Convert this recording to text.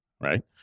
right